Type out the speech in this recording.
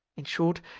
in short,